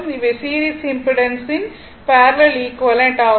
இவை சீரிஸ் இம்பிடன்ஸின் parallel equivalent ஆகும்